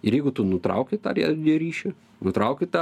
ir jeigu tu nutrauki tą radijo ryšį nutrauki tą